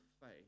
faith